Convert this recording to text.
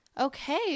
okay